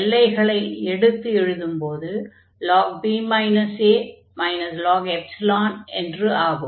எல்லைகளை எடுத்து எழுதும்போது ln b a ln ϵ என்று ஆகும்